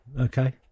okay